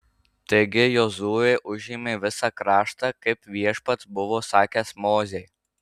taigi jozuė užėmė visą kraštą kaip viešpats buvo sakęs mozei